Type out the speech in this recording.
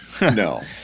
no